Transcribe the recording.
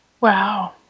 Wow